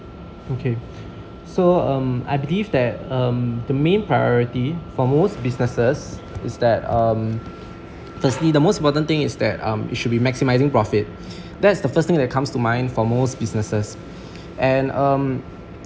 okay so um I believe that um the main priority for most businesses is that um firstly the most important thing is that um it should be maximising profit that's the first thing that comes to mind for most businesses and um